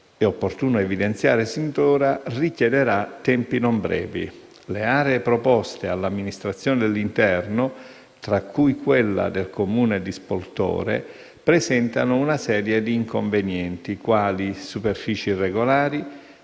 è opportuno evidenziare sin d'ora - richiederà tempi non brevi. Le altre aree proposte all'Amministrazione dell'interno, tra cui quella del Comune di Spoltore, presentano una serie di inconvenienti quali: superfici irregolari,